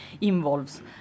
involves